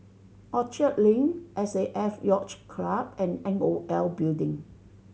Orchard Link S A F Yacht Club and N O L Building